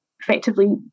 effectively